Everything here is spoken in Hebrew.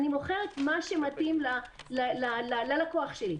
אני מוכרת מה שמתאים ללקוח שלי,